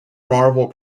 marvel